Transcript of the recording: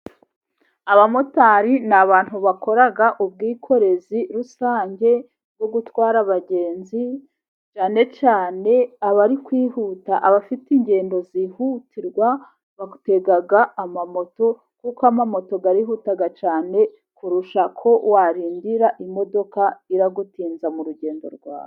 Abamotari ni abantu bakora ubwikorezi rusange, bwo gutwara abagenzi cyane cyane abari kwihuta, abafite ingendo zihutirwa batega amamoto, kuko amamoto ari huta cyane kurusha uko warindira imodoka, iragutinza mu rugendo rwawe.